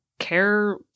care